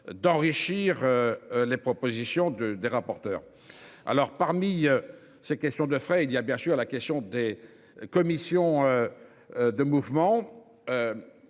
d'enrichir. Les propositions de des rapporteurs. Alors parmi ces questions de frais, il y a bien sûr la question des commissions. De mouvement.